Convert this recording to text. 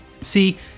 See